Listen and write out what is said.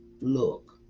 look